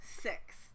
six